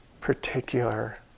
particular